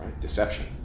Deception